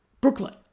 Brooklyn